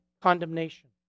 Condemnation